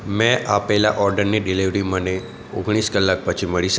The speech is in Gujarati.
મેં આપેલા ઓર્ડરની ડીલિવરી મને ઓગણીસ કલાક પછી મળી શકે